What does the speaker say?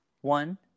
One